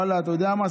אתה יודע מה,